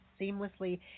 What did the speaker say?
seamlessly